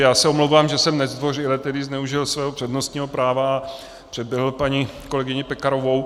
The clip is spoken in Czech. Já se omlouvám, že jsem nezdvořile zneužil svého přednostního práva a předběhl paní kolegyni Pekarovou.